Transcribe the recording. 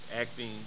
acting